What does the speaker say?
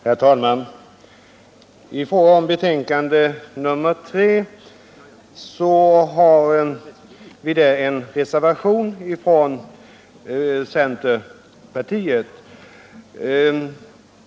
Herr talman! I socialutskottets betänkande nr 3 har vi en reservation från centerpartiet.